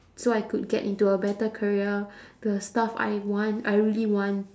so I could get into a better career the stuff I want I really want